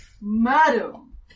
Madam